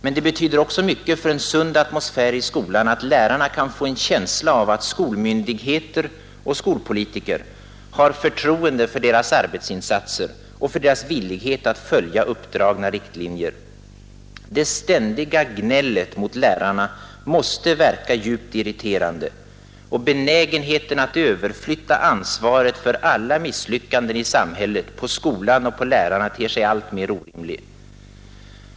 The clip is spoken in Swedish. Men det betyder också mycket för en sund atmosfär i skolan att lärarna kan få en känsla av att skolmyndigheter och skolpolitiker har förtroende för deras arbetsinsatser och för deras villighet att följa uppdragna riktlinjer. Det ständiga gnället mot lärarna måste verka djupt irriterande, och benägenheten att överflytta ansvaret för alla misslyckanden i samhället på skolan och på lärarna ter sig alltmer orimlig.